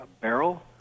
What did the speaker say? barrel